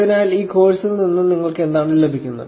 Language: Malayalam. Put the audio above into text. അതിനാൽ ഈ കോഴ്സിൽ നിന്ന് നിങ്ങൾക്ക് എന്താണ് ലഭിക്കുന്നത്